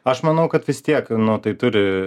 aš manau kad vis tiek nu tai turi